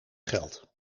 geld